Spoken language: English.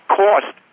cost